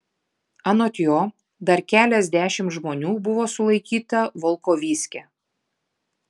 anot jo dar keliasdešimt žmonių buvo sulaikyta volkovyske